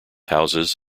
houses